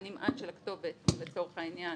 שהנמען של הכתובת לצורך העניין,